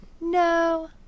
No